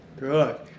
Good